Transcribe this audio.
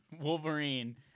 Wolverine